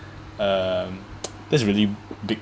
um that's really big